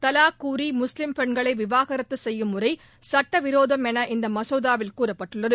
தலாக் கூறி முஸ்லிம் பெண்களை விவாகரத்து செய்யும் முறை சட்ட விரோதம் என இந்த மசோதாவில் கூறப்பட்டுள்ளது